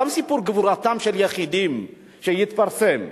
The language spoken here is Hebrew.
גם סיפור גבורתם של יחידים, שיתפרסם,